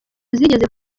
zigeze